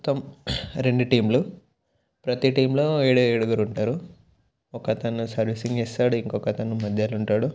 మొత్తం రెండు టీమ్లు ప్రతీ టీమ్లో ఏడు ఏడుగురు ఉంటారు ఒక అతను సర్వీసింగ్ చేస్తాడు ఇంకొక అతను మధ్యలో ఉంటాడు